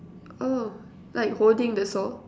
oh like holding the saw